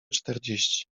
czterdzieści